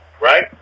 right